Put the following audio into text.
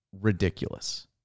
ridiculous